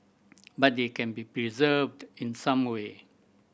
but they can be preserved in some way